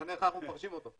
משנה איך אנחנו מפרשים אותו.